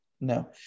No